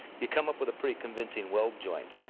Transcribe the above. you come up with a pretty convincing weld joint.